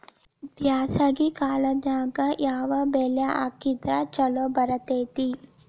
ಬ್ಯಾಸಗಿ ಕಾಲದಾಗ ಯಾವ ಬೆಳಿ ಹಾಕಿದ್ರ ಛಲೋ ಬೆಳಿತೇತಿ?